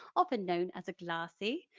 often known as a glassy,